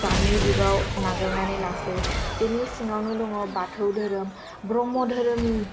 दानि जुगाव नाजावनानै लासै बेनि सिङावनो दङ बाथौ धोरोम ब्रह्म धोरोम